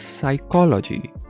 psychology